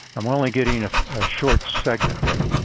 i'm only getting a short segment there.